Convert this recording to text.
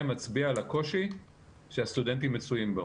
מצביע על הקושי שהסטודנטים מצויים בו.